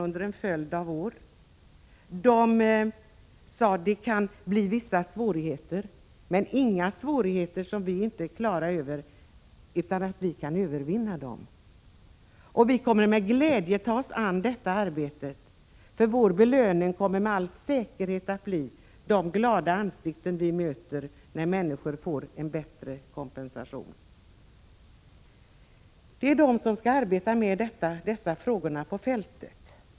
Gruppen från Töreboda sade att det kan bli vissa svårigheter men inga svårigheter som inte kan övervinnas. Vi kommer med glädje att ta oss an detta arbete, sade de, för vår belöning kommer med säkerhet att bli de glada ansikten vi möter när människor får en bättre kompensation. Det är de som skall arbeta med dessa frågor på fältet.